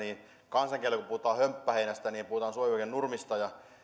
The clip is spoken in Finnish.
kansankielellä kun puhutaan hömppäheinästä niin puhutaan suomen kielellä nurmista